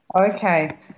okay